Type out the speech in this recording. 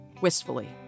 wistfully